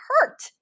hurt